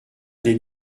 des